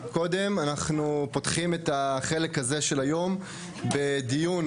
אנחנו פותחים את החלק הזה של היום בדיון